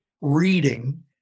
reading